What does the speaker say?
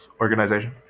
organization